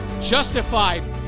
justified